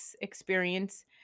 experience